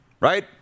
right